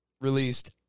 released